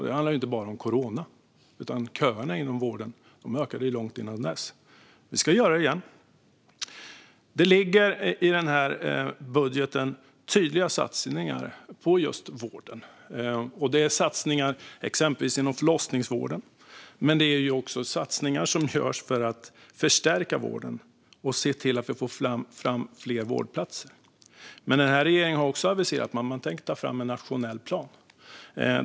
Det handlar inte bara om corona, utan köerna inom vården ökade långt innan dess. Vi ska halvera dem igen. Det ligger i den här budgeten tydliga satsningar på just vården. Det är satsningar exempelvis inom förlossningsvården, men det är också satsningar som görs för att förstärka vården och se till att vi får fram fler vårdplatser. Den här regeringen har också aviserat att man tänker ta fram en nationell plan.